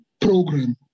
program